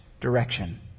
direction